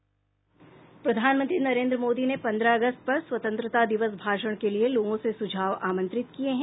प्रधानमंत्री नरेन्द्र मोदी ने पन्द्रह अगस्त पर स्वतंत्रता दिवस भाषण के लिए लोगों से सुझाव आमंत्रित किए हैं